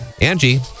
Angie